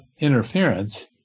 interference